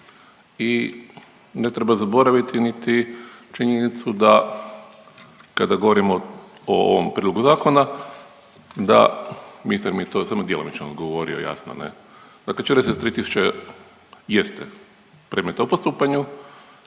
I ne treba zaboraviti niti činjenicu da kada govorimo o ovom prijedlogu zakona da ministar mi je to samo djelomično odgovorio jasno ne. Dakle, 43000 jeste …/Govornik